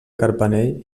carpanell